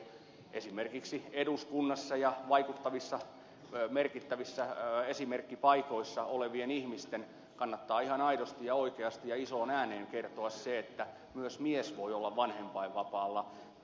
toisekseen esimerkiksi eduskunnassa ja muissa vaikuttavissa merkittävissä esimerkkipaikoissa olevien ihmisten kannattaa ihan aidosti ja oikeasti ja isoon ääneen kertoa se että myös mies voi olla vanhempainvapaalla